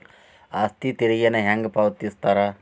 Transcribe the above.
ಆಸ್ತಿ ತೆರಿಗೆನ ಹೆಂಗ ಪಾವತಿಸ್ತಾರಾ